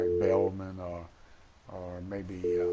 bellmen or or and maybe